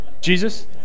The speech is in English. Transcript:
Jesus